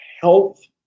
health